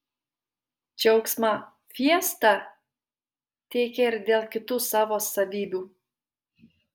džiaugsmą fiesta teikia ir dėl kitų savo savybių